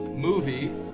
Movie